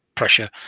Pressure